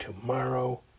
tomorrow